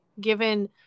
given